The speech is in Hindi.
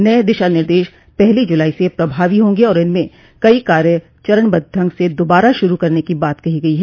नए दिशा निर्देश पहली जुलाई से प्रभावी होंगे और इनमें कई कार्य चरणबद्व ढंग से दोबारा शुरु करने की बात कही गई है